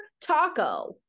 taco